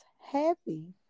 happy